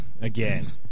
again